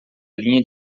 linha